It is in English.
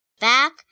back